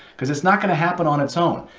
because it's not going to happen on its own.